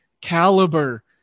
caliber